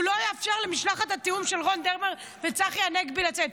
הוא לא יאפשר למשלחת התיאום של רון דרמר וצחי הנגבי לצאת.